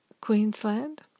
Queensland